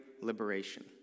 liberation